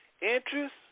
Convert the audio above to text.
Interest